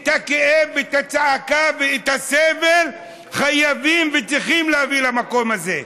את הכאב ואת הצעקה ואת הסבל חייבים וצריכים להביא למקום הזה,